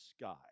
sky